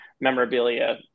memorabilia